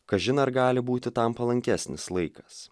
kažin ar gali būti tam palankesnis laikas